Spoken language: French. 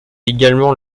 également